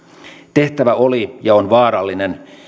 tehtävä oli ja on vaarallinen